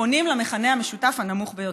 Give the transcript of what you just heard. פונים למכנה המשותף הנמוך ביותר: